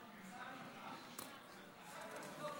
ההצעה